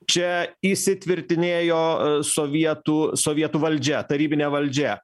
čia įsitvirtinėjo sovietų sovietų valdžia tarybinė valdžia